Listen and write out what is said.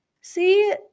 see